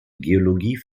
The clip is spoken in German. geologie